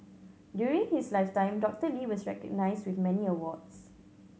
during his lifetime Doctor Lee was recognised with many awards